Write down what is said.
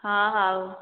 ହଁ ହଉ